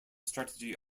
strategy